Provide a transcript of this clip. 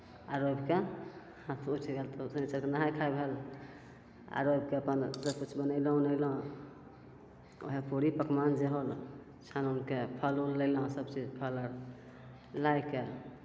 आओर रविके हाथ उठि गेल तब शन्निचरके नहाइ खाइ भेल आओर रविके अपन सबकिछु बनेलहुँ उनेलहुँ वएह पूड़ी पकमान जे होल छानि उनिके फल उल लेलहुँ सबचीज फल आओर लैके